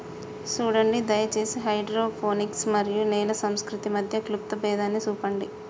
సూడండి దయచేసి హైడ్రోపోనిక్స్ మరియు నేల సంస్కృతి మధ్య క్లుప్త భేదాన్ని సూపండి